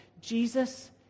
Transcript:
Jesus